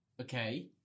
okay